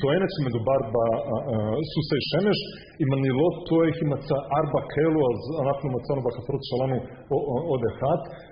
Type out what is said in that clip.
טוענת שמדובר בסוסי שמש, אם אני לא טוען כי מצא 4 קילו, אז אנחנו מצאנו בחפרות שלנו עוד 1